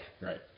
Right